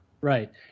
Right